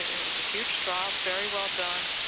it was a huge trial, very well done,